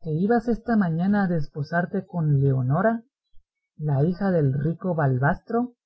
que ibas esta mañana a desposarte con leonora la hija del rico balvastro